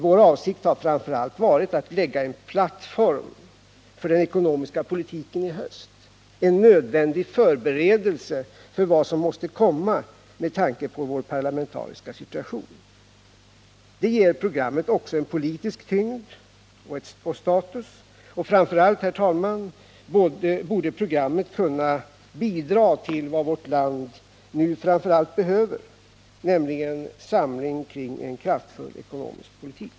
Vår avsikt har framför allt varit att lägga en plattform för den ekonomiska politiken i höst, en nödvändig förberedelse för vad som måste komma med tanke på vår parlamentariska situation. Det ger också programmet politisk tyngd och status. Och framför allt, herr talman, borde programmet kunna bidra till vad vårt land nu först och främst behöver, nämligen samling kring en kraftfull ekonomisk politik.